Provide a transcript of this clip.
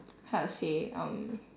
how to say um